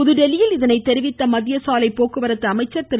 புதுதில்லியில் இதனை தெரிவித்த மத்திய சாலைப் போக்குவரத்து துறை அமைச்சர் திரு